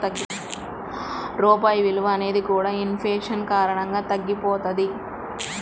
రూపాయి విలువ అనేది కూడా ఇన్ ఫేషన్ కారణంగా తగ్గిపోతది